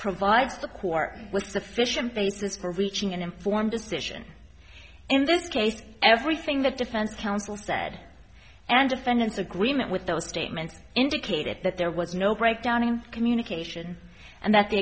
provide the court with sufficient basis for reaching an informed decision in this case everything the defense counsel said and defendants agreement with those statements indicated that there was no breakdown in communication and that the